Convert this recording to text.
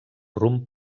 rumb